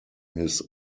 his